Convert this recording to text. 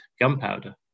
gunpowder